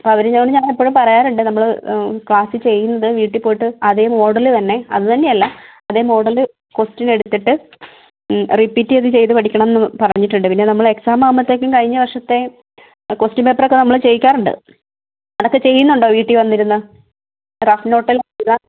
അപ്പോൾ അവരോട് ഞങ്ങൾ എപ്പോഴും പറയാറുണ്ട് നമ്മൾ ക്ലാസ്സിൽ ചെയ്യുന്നത് വീട്ടിൽ പോയിട്ട് അതെ മോഡൽ തന്നെ അത് തന്നെ അല്ല അതെ മോഡൽ ക്വസ്റ്റ്യൻ എടുത്തിട്ട് റിപ്പീറ്റ് ചെയ്ത് ചെയ്ത് പഠിക്കണം എന്ന് പറഞ്ഞിട്ടുണ്ട് പിന്നെ നമ്മൾ എക്സാം ആകുമ്പോഴത്തേക്ക് കഴിഞ്ഞ വർഷത്തെ ക്വസ്റ്റ്യൻ പേപ്പർ ഒക്കെ നമ്മൾ ചെയ്യിക്കാറുണ്ട് അതൊക്കെ ചെയ്യുന്നുണ്ടോ വീട്ടിൽ വന്നിരുന്ന് റഫ് നോട്ടിൽ